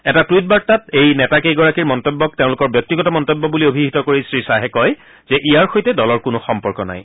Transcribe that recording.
এটা টুইট বাৰ্তাত এই নেতা কেইগৰাকীৰ মন্তব্যক তেওঁলোকৰ ব্যক্তিগত মন্তব্য বুলি অভিহিত কৰি শ্ৰীশ্বাহে কয় যে ইয়াৰ সৈতে দলৰ কোনো সম্পৰ্ক নাই